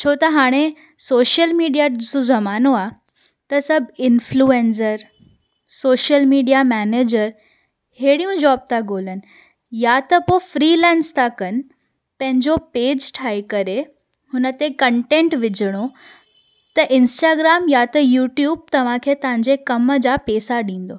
छो त हाणे सोशल मिडीयास जो ज़मानो आहे त सभु इंफ्लुएंज़र सोशल मिडिया मैनेजर अहिड़ियूं जॉब था गोल्हनि या त पोइ फ्रीलेंस था कनि पंहिंजो पेज ठाहे करे हुन ते कंटेंट विझणो त इंस्टाग्राम या त यूट्युब तव्हांखे तव्हांजे कमु जा पैसा ॾे